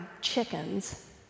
chickens